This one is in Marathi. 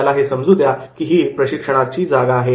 त्याला हे समजू द्या की ही प्रशिक्षणाची जागा आहे